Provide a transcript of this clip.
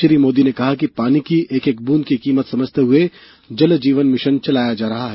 श्री मोदी ने कहा कि पानी की एक एक बूंद की कीमत समझते हुए जलजीवन मिशन चलाया जा रहा है